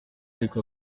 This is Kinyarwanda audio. ariko